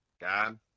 God